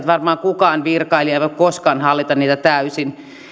varmaan kukaan virkailija ei voi koskaan hallita niitä täysin